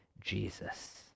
Jesus